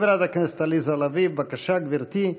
חברת הכנסת עליזה לביא, בבקשה, גברתי.